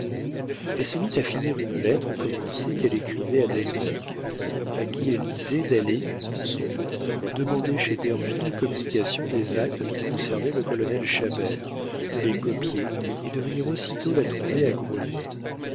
elle se mit à finir une lettre commencée qu'elle écrivait à delbecq à qui elle disait d'aller en son nom demander chez derville communication des actes qui concernaient le colonel chabert de les copier et de venir aussitôt la trouver à groslay